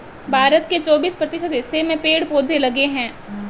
भारत के चौबिस प्रतिशत हिस्से में पेड़ पौधे लगे हैं